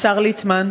השר ליצמן,